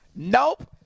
Nope